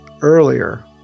earlier